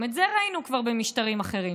וגם את זה ראינו כבר במשטרים אחרים,